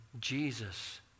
Jesus